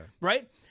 right